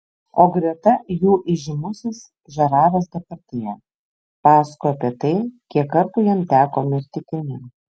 o greta jų įžymusis žeraras depardjė pasakoja apie tai kiek kartų jam teko mirti kine